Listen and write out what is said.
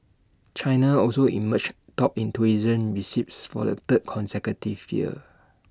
China also emerged top in tourism receipts for the third consecutive year